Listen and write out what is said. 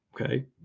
Okay